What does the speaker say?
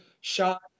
shot